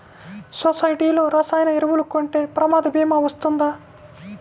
సొసైటీలో రసాయన ఎరువులు కొంటే ప్రమాద భీమా వస్తుందా?